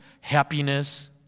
happiness